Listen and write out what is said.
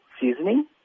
seasoning